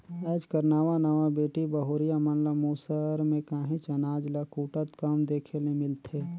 आएज कर नावा नावा बेटी बहुरिया मन ल मूसर में काहींच अनाज ल कूटत कम देखे ले मिलथे